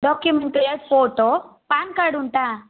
document ಎರಡು photo PAN card ಉಂಟಾ